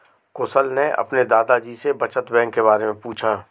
कुशल ने अपने दादा जी से बचत बैंक के बारे में पूछा